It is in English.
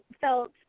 felt